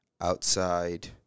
outside